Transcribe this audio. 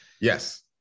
Yes